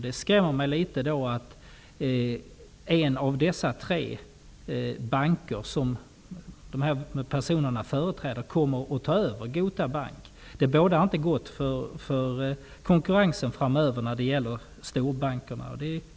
Det skrämmer mig då litet att en av de tre banker som dessa personer företräder kommer att ta över Gota Bank. Det bådar inte gott för konkurrensen framöver mellan storbankerna.